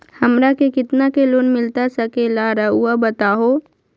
हमरा के कितना के लोन मिलता सके ला रायुआ बताहो?